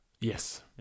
Yes